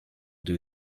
due